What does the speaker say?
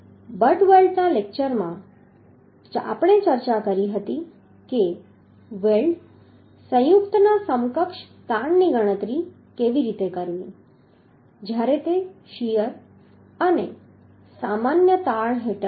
but weld લેક્ચરમાં આપણે ચર્ચા કરી હતી કે વેલ્ડ સંયુક્તના સમકક્ષ તાણની ગણતરી કેવી રીતે કરવી જ્યારે તે શીયર અને સામાન્ય તાણ હેઠળ હોય